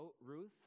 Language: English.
Ruth